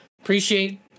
Appreciate